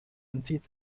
entzieht